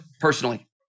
personally